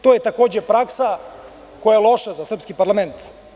To je takođe praksa koja je loša za srpski parlament.